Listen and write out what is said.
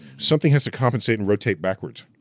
something has to compensate and rotate backwards,